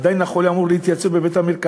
ועדיין החולה אמור להתייצב בבית-המרקחת,